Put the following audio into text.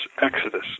Exodus